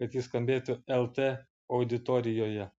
kad ji skambėtų lt auditorijoje